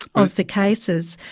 of the cases.